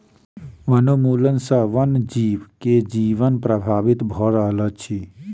वनोन्मूलन सॅ वन जीव के जीवन प्रभावित भ रहल अछि